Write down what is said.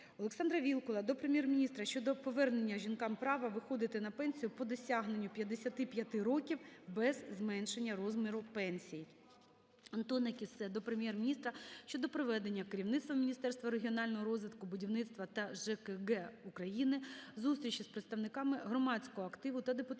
Олександра Вілкула до Прем'єр-міністра щодо повернення жінкам права виходити на пенсію по досягненню 55 років без зменшення розміру пенсії. Антона Кіссе до Прем'єр-міністра щодо проведення керівництвом Міністерства регіонального розвитку, будівництва та ЖКГ України зустрічі з представниками громадського активу та депутатського